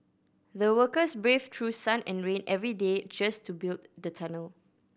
the workers braved through sun and rain every day just to build the tunnel